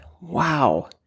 Wow